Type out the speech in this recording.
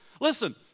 Listen